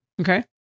Okay